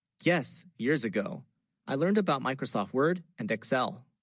yes years, ago i learned about microsoft word and excel